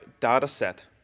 Dataset